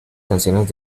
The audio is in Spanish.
canciones